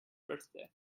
birthday